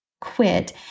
quit